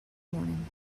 morning